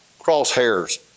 crosshairs